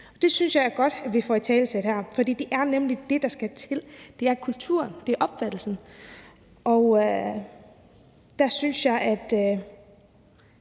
Det synes jeg er godt at vi får italesat her, for det er nemlig det, der skal til. Det er kulturen. Det er opfattelsen. Der synes jeg, at